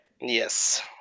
Yes